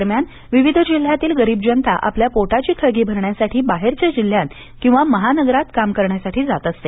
दरम्यान विविध जिल्ह्यातील गरीब जनता आपल्या पोटाची खळगी भरण्यासाठी बाहेरच्या जिल्ह्यात किंवा महानगरात कामं करण्यासाठी जात असते